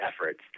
efforts